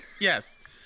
yes